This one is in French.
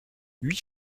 huit